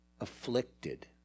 Afflicted